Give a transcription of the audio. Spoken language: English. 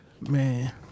Man